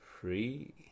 free